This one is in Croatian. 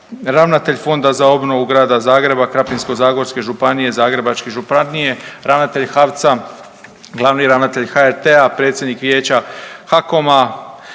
ravnatelj Fonda za obnovu Grada Zagreba, Krapinsko-zagorske županije, Zagrebačke županije, ravnatelj HAVC-a, glavni ravnatelj HRT-a, predsjednik Vijeća HAKOM-a,